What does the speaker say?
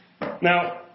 Now